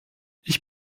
ich